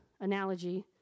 analogy